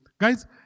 guys